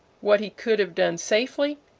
what he could have done safely,